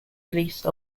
release